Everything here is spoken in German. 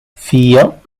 vier